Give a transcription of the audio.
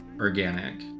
organic